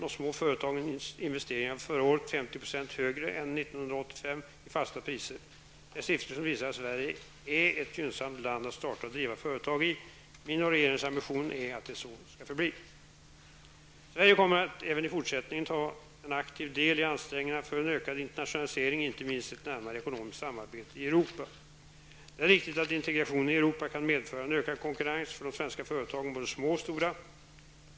De små företagens investeringar var förra året 50 % högre än år 1985, i fasta priser. Det är siffor som visar att Sverige är ett gynnsamt land att starta och driva företag i. Min och regeringens ambition är att det skall förbli så. Sverige kommer att även i fortsättningen ta en aktiv del i ansträngningarna för en ökad internationalisering, inte minst ett närmare ekonomiskt samarbete i Europa. Det är riktigt att integrationen i Europa kan medföra en ökad konkurrens för de svenska företagen, både små och stora.